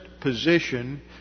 position